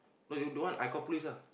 cause you don't want I call police lah